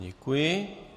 Děkuji.